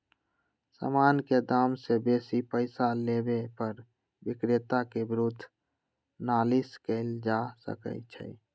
समान के दाम से बेशी पइसा लेबे पर विक्रेता के विरुद्ध नालिश कएल जा सकइ छइ